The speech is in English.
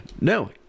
No